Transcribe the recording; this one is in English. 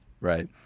right